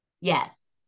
Yes